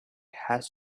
has